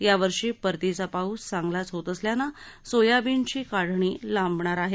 या वर्षी परतीचा पाऊस चांगलाच होत असल्याने सोयाबीनची काढणी लांबणार आहे